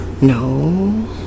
No